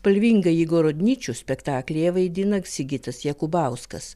spalvingąjį gorodničių spektaklyje vaidina sigitas jakubauskas